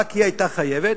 רק היא היתה חייבת,